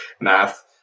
math